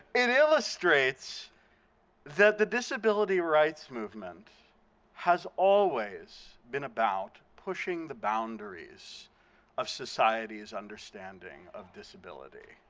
it illustrates that the disability rights movement has always been about pushing the boundaries of society's understanding of disability.